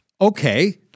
okay